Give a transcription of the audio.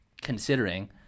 considering